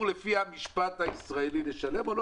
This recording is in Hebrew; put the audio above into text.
לפי המשפט הישראלי אני אמור לשלם עבור המלפפון או לא?